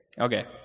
Okay